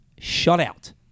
shutout